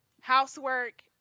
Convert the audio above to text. housework